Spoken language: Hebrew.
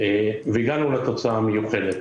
והגענו לתוצאה המיוחלת.